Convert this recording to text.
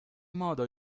modo